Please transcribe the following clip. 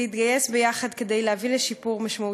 להתגייס ביחד כדי להביא לשיפור משמעותי.